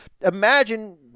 imagine